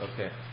Okay